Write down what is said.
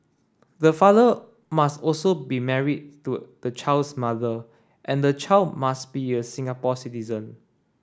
the father must also be married to the child's mother and the child must be a Singapore citizen